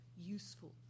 useful